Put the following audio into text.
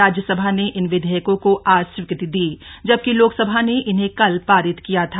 राज्यसभा ने इन विधेयकों को आज स्वीकृति दी जबकि लोकसभा ने इन्हें कल पारित किया था